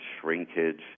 shrinkage